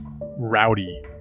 rowdy